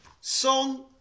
Song